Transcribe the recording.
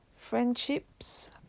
Friendships